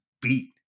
beat